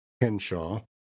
Henshaw